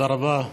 תודה רבה,